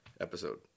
episode